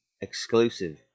exclusive